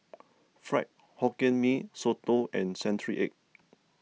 Fried Hokkien Mee Soto and Century Egg